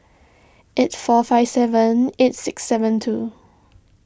eight four five seven eight six seven two